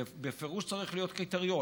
בפירוש צריך להיות קריטריון,